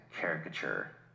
caricature